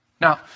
Now